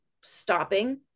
stopping